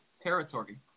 territory